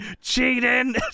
cheating